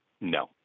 No